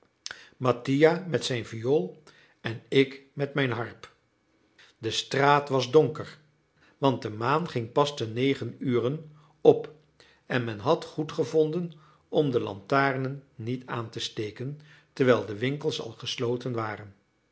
mattia met zijn viool en ik met mijn harp de straat was donker want de maan ging pas te negen uren op en men had goedgevonden om de lantaarnen niet aan te steken terwijl de winkels al gesloten waren